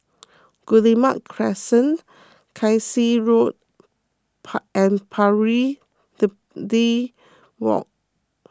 Guillemard Crescent Kasai Road and Pari Walk